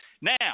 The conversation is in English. Now